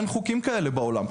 אין חוקים כאלה בעולם.